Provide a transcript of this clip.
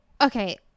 Okay